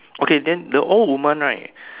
okay then the old woman right